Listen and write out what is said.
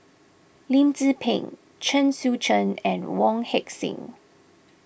Lim Tze Peng Chen Sucheng and Wong Heck Sing